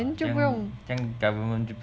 then 就不用